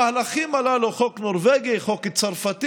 חברים,